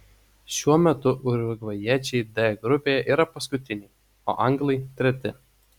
šiuo metu urugvajiečiai d grupėje yra paskutiniai o anglai treti